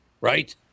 Right